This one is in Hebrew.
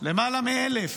למעלה מ-1,000,